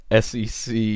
SEC